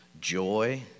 joy